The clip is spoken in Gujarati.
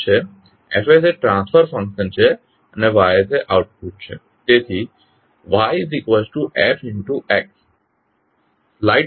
F એ ટ્રાન્સફર ફંક્શન છે અને Y એ આઉટપુટ છે તેથી YsFsX